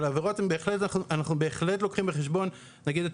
אנחנו בהחלט לוקחים בחשבון נגיד את